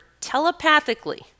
telepathically